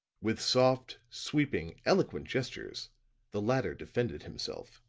with soft, sweeping, eloquent gestures the latter defended himself.